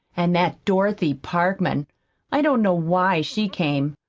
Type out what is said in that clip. and that dorothy parkman i don't know why she came.